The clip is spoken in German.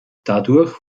dadurch